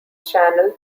channel